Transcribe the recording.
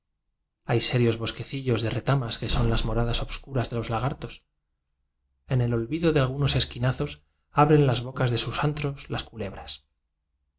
hay serios bosquecillos de retamas que son las mora das obscuras de los lagartos en el olvido de algunos esquinazos abren las bocas de sus antros las culebras